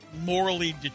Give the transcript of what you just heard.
morally